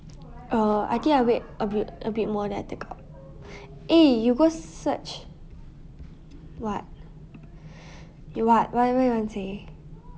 uh I think I wait a bit a bit more than I take out eh you go search what what what is it you want to say